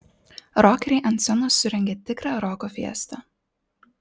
rokeriai ant scenos surengė tikrą roko fiestą